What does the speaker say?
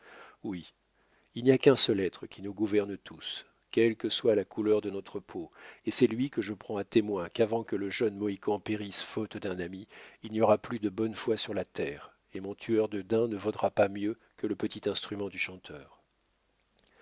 oui il n'y a qu'un seul être qui nous gouverne tous quelle que soit la couleur de notre peau et c'est lui que je prends à témoin qu'avant que le jeune mohican périsse faute d'un ami il n'y aura plus de bonne foi sur la terre et mon tueur de daims ne vaudra pas mieux que le petit instrument du chanteur